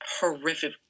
horrific